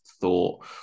thought